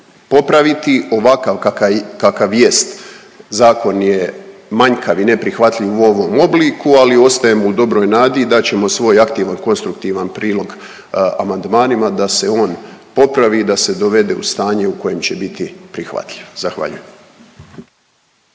popraviti. Ovakav kakav jest zakon je manjkav i neprihvatljiv u ovom obliku, ali ostajemo u dobroj nadi i dat ćemo svoj aktivan, konstruktivan prilog amandmanima da se on popravi, da se dovede u stanje u kojem će biti prihvatljiv. Zahvaljujem.